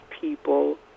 people